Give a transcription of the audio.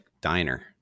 diner